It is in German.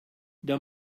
der